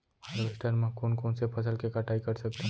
Harvester म कोन कोन से फसल के कटाई कर सकथन?